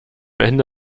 ende